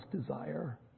desire